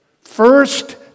first